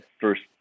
first